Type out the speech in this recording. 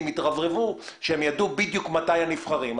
התרברבו שהם ידעו בדיוק מתי הם נבחרים.